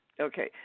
Okay